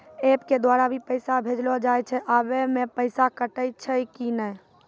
App के द्वारा भी पैसा भेजलो जाय छै आबै मे पैसा कटैय छै कि नैय?